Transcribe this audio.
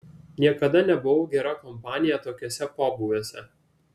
niekada nebuvau gera kompanija tokiuose pobūviuose